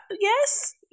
Yes